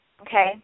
okay